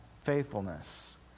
faithfulness